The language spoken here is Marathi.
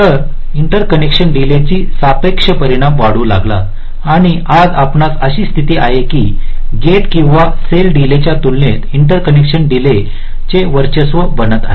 तर इंटरकनेक्शन डीले चा सापेक्ष परिणाम वाढू लागला आणि आज आपणास अशी स्थिती आहे की गेट किंवा सेल डीलेच्या तुलनेत इंटरकनेक्शन डीले चे वर्चस्व बनत आहे